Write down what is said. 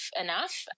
enough